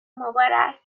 مبارک